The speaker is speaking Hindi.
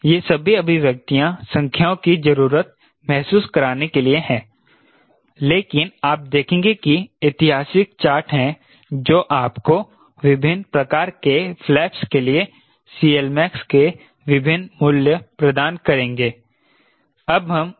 यह सभी अभिव्यक्तियां संख्याओं की जरूरत महसूस कराने के लिए है लेकिन आप देखेंगे कि ऐतिहासिक चार्ट हैं जो आपको विभिन्न प्रकार के फ्लैप्स के लिए CLmax के विभिन्न मूल्य प्रदान करेंगे